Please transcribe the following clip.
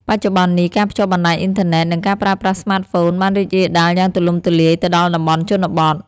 បច្ចុប្បន្ននេះ ការភ្ជាប់បណ្ដាញអ៊ីនធឺណិត និង ការប្រើប្រាស់ស្មាតហ្វូន បានរីករាលដាលយ៉ាងទូលំទូលាយទៅដល់តំបន់ជនបទ។